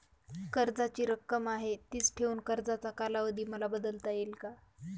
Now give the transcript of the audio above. कर्जाची रक्कम आहे तिच ठेवून कर्जाचा कालावधी मला बदलता येईल का?